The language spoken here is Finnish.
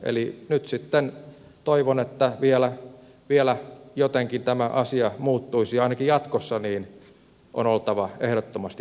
eli nyt sitten toivon että vielä jotenkin tämä asia muuttuisi ja ainakin jatkossa on oltava ehdottomasti tarkempana